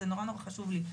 זה מאוד חשוב לנו.